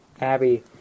Abby